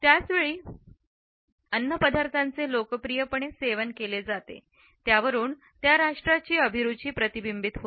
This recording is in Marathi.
त्याच वेळी ज्या अन्नपदार्थाचे लोकप्रियपणे सेवन केले जाते त्यावरून त्या राष्ट्राची अभिरूची प्रतिबिंबित होते